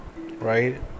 right